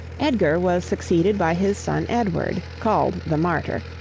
edgar was succeeded by his son edward, called the martyr,